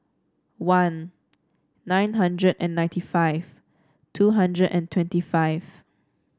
one nine hundred and ninety five two hundred and twenty five